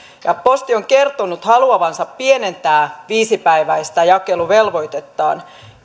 posti on kertonut haluavansa pienentää viisipäiväistä jakeluvelvoitettaan